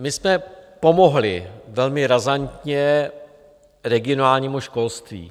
My jsme pomohli velmi razantně regionálnímu školství.